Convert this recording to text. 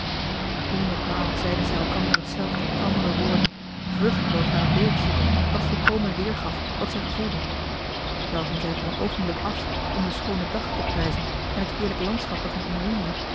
lief honderdmaal zeiden zij elkander hetzelfde met andere marcellus emants een drietal novellen woorden vruchteloos naar een beeld zoekend dat volkomen weergaf wat zij gevoelden dwaalden zij voor een oogenblik af om den schoonen dag te prijzen en het heerlijk landschap dat hen omringde